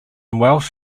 welsh